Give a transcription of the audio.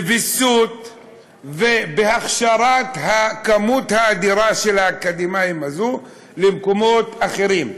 בוויסות ובהכשרת הכמות האדירה של האקדמאים האלו למקומות אחרים.